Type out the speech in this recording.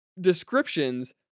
descriptions